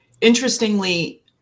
interestingly